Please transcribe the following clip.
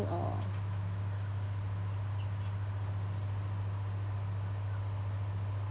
or